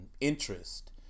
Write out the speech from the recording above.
interest